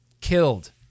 Killed